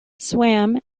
swam